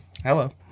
Hello